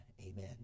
Amen